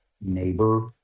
neighbor